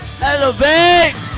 Elevate